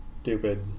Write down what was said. Stupid